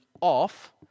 off